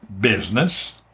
business